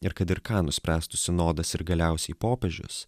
ir kad ir ką nuspręstų sinodas ir galiausiai popiežius